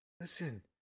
Listen